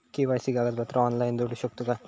KYC कागदपत्रा online जोडू शकतू का?